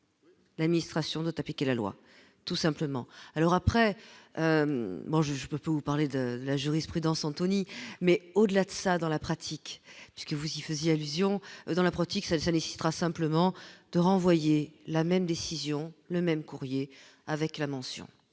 L'administration doit appliquer la loi, tout simplement, alors après bon juge peut vous parler de la jurisprudence Anthony mais au-delà de ça, dans la pratique, puisque vous y faisiez allusion dans la pratique ça ça nécessitera simplement de renvoyer la même décision, le même courrier avec la mention